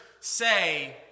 say